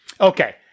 Okay